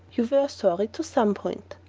you were sorry to some point.